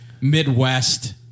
Midwest